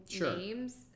names